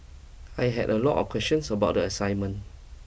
I had a lot of questions about the assignment